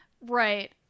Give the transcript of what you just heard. Right